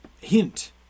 hint